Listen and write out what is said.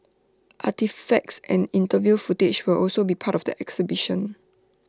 artefacts and interview footage will also be part of the exhibition